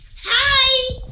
Hi